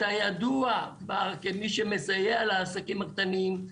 אתה ידוע כמי שמסייע לעסקים הקטנים,